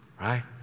right